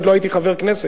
עוד לא הייתי חבר כנסת.